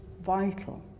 vital